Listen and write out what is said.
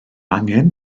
angen